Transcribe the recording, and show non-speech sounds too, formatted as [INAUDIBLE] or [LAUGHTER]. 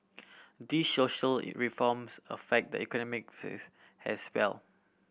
these social [UNINTELLIGIBLE] reforms affect the economic face as well